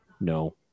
no